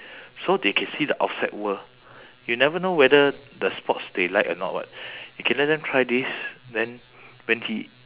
so they can see the outside world you never know whether the sports they like or not [what] you can let them try this then when he